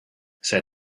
said